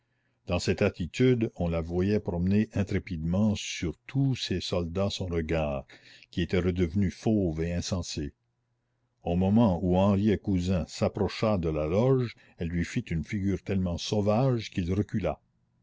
dans cette attitude on la voyait promener intrépidement sur tous ces soldats son regard qui était redevenu fauve et insensé au moment où henriet cousin s'approcha de la loge elle lui fit une figure tellement sauvage qu'il recula